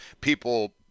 People